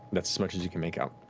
that's as much as you can make out.